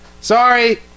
Sorry